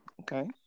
Okay